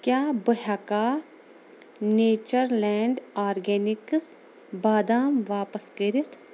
کیٛاہ بہٕ ہیٚکا نیچر لینٛڈ آرگینِکٕس بادام واپس کٔرِتھ؟